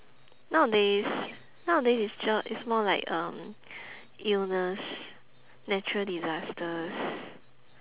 nowadays nowadays is ju~ is more like um illness natural disasters